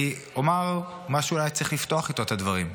אני אומר מה שאולי היה צריך לפתוח איתו את הדברים: